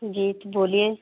जीत बोलिए